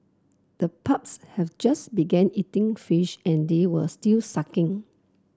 the pups have just began eating fish and they were still suckling